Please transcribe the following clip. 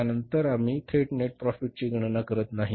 त्यानंतर आम्ही थेट नेट प्रॉफिट ची गणना करत नाही